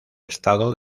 estado